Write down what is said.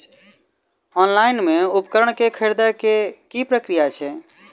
Online मे उपकरण केँ खरीदय केँ की प्रक्रिया छै?